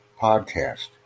podcast